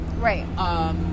Right